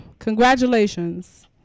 Congratulations